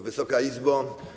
Wysoka Izbo!